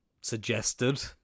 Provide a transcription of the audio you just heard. Suggested